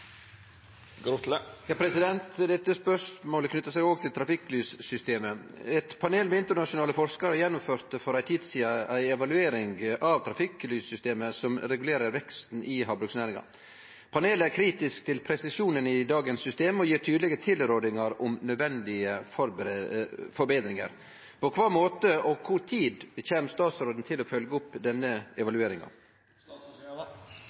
Dette spørsmålet knyter seg òg til trafikklyssystemet: «Eit panel med internasjonale forskarar gjennomførte for ei tid sidan ei evaluering av trafikklyssystemet som regulerer veksten i havbruksnæringa. Panelet er kritisk til presisjonen til dagens system og gir tydelege tilrådingar om nødvendige forbetringar. På kva måte og kor tid kjem statsråden til å følgje opp denne